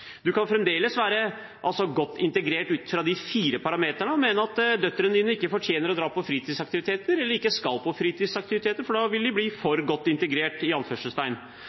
kan fremdeles være godt integrert ut fra de fire parameterne og mene at døtrene dine ikke fortjener å dra på fritidsaktiviteter, eller ikke skal på fritidsaktiviteter, for da vil de bli for godt «integrert». En kan både snakke norsk og være godt utdannet, være i